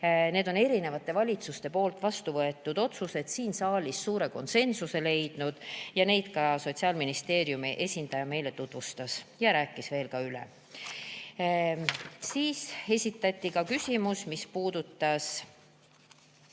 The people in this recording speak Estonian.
need on erinevate valitsuste vastuvõetud otsused, siin saalis on need konsensuse leidnud. Neid Sotsiaalministeeriumi esindaja meile tutvustas ja rääkis need veel üle. Siis esitati küsimus, mis puudutas